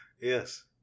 Yes